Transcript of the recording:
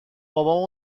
بابام